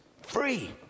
free